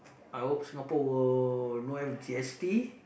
I hope Singapore will no have g_s_t